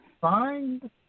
find